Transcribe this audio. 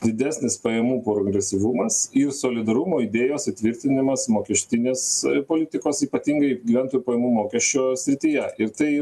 didesnis pajamų progresyvumas ir solidarumo idėjos įtvirtinimas mokestinės politikos ypatingai gyventojų pajamų mokesčio srityje ir tai